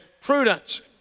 prudence